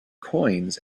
coins